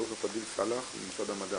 ד"ר פדיל סאלח ממשרד המדע.